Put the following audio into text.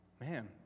man